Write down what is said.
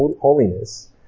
holiness